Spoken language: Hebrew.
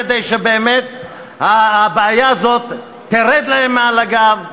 כדי שבאמת הבעיה הזאת תרד להם מעל הגב?